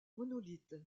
monolithe